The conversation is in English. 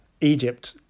Egypt